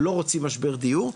לא רוצים משבר דיור,